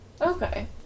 Okay